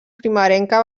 primerenca